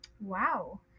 Wow